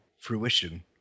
fruition